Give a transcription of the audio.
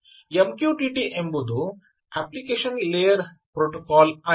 MQTT ಎಂಬುದು application layer protocol ಆಗಿದೆ